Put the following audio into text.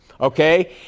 okay